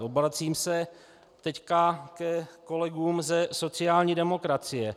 Obracím se teď ke kolegům ze sociální demokracie.